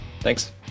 Thanks